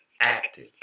active